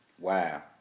Wow